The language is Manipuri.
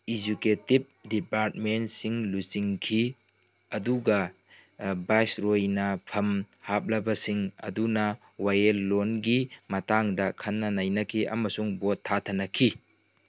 ꯏꯖꯨꯀꯦꯇꯤꯞ ꯗꯤꯄꯥꯔꯠꯃꯦꯟꯁꯤꯡ ꯂꯨꯆꯤꯡꯈꯤ ꯑꯗꯨ ꯕꯥꯏꯁꯔꯣꯏꯅ ꯐꯝ ꯍꯥꯞꯂꯕꯁꯤꯡ ꯑꯗꯨꯅ ꯋꯥꯌꯦꯜꯂꯣꯟꯒꯤ ꯃꯇꯥꯡꯗ ꯈꯟꯅ ꯅꯩꯅꯈꯤ ꯑꯃꯁꯨꯡ ꯚꯣꯠ ꯊꯥꯊꯅꯈꯤ